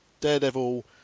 daredevil